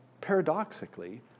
paradoxically